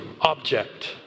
object